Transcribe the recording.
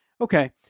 Okay